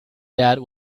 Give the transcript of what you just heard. dad